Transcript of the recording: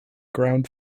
ground